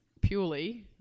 purely